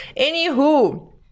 Anywho